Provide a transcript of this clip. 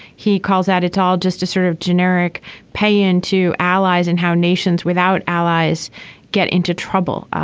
he calls out it's all just a sort of generic pay into allies in how nations without allies get into trouble.